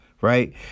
right